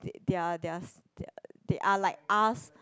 they're they're they are like us